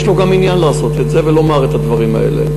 יש לו גם עניין לעשות את זה ולומר את הדברים האלה.